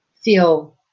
feel